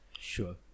Sure